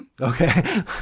Okay